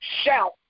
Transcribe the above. Shout